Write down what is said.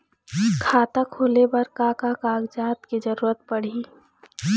खाता खोले बर का का कागजात के जरूरत पड़ही?